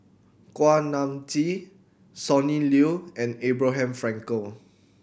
Kuak Nam Jin Sonny Liew and Abraham Frankel